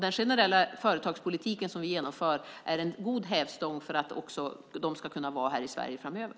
Den generella företagspolitik som vi genomför är en god hävstång för att de också ska kunna vara här i Sverige framöver.